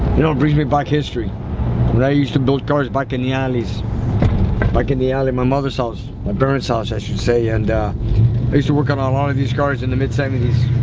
you know brings me back history when i used to build cars back in the alleys like in the alley my mother's house my parents house i should say and i used to work on ah a lot of these cars in the mid seventies